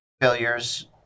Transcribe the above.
failures